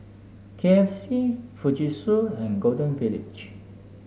K F C Fujitsu and Golden Village